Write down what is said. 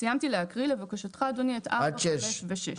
סיימתי להקריא, לבקשתך אדוני, את 4, 5 ו-6.